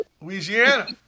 Louisiana